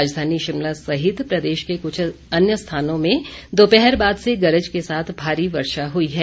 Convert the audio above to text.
राजधानी शिमला सहित प्रदेश के कुछ अन्य स्थानों में दोपहर बाद से गरज के साथ भारी वर्षा हई है